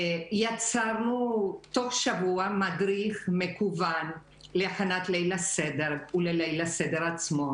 יצרנו בתוך שבוע מדריך מקוון להכנת ליל הסדר וליל הסדר עצמו.